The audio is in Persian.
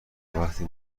وقتی